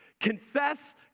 Confess